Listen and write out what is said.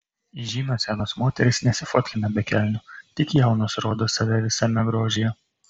įžymios senos moterys nesifotkina be kelnių tik jaunos rodo save visame grožyje